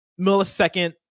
millisecond